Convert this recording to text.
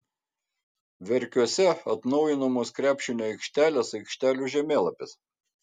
verkiuose atnaujinamos krepšinio aikštelės aikštelių žemėlapis